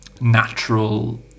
natural